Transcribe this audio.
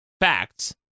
facts